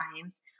times